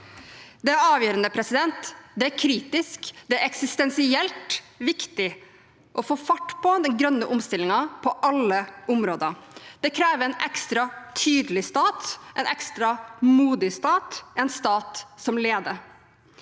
Det er avgjørende, det er kritisk og det er eksistensielt viktig å få fart på den grønne omstillingen på alle områder. Det krever en ekstra tydelig stat, en ekstra modig stat og en stat som leder.